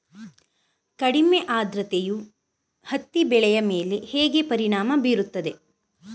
ಕಡಿಮೆ ಆದ್ರತೆಯು ಹತ್ತಿ ಬೆಳೆಯ ಮೇಲೆ ಹೇಗೆ ಪರಿಣಾಮ ಬೀರುತ್ತದೆ?